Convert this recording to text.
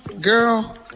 Girl